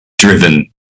driven